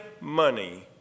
money